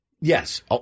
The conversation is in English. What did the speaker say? Yes